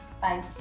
Bye